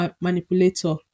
Manipulator